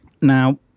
Now